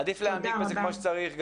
עדיף להעמיק בזה כמו שצריך.